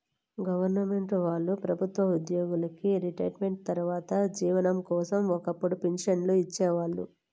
government వాళ్ళు ప్రభుత్వ ఉద్యోగులకి రిటైర్మెంటు తర్వాత జీవనం కోసం ఒక్కపుడు పింఛన్లు ఇచ్చేవాళ్ళు